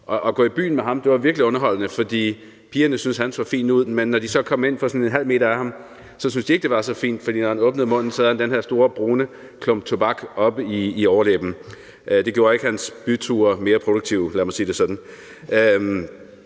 at gå i byen med ham var virkelig underholdende, for pigerne syntes, han så fin ud, men når de så kom ind på en halv meters afstand af ham, syntes de ikke, det var så fint, for når han åbnede munden, havde han den her store brune klump tobak oppe i overlæben. Det gjorde ikke hans byture mere produktive. Lad mig sige det sådan.